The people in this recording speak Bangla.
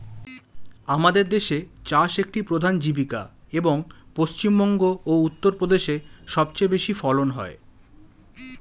আমাদের দেশে চাষ একটি প্রধান জীবিকা, এবং পশ্চিমবঙ্গ ও উত্তরপ্রদেশে সবচেয়ে বেশি ফলন হয়